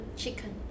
chicken